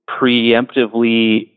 preemptively